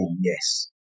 yes